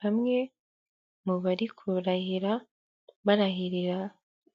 Bamwe mu bari kurahira barahirira